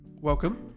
Welcome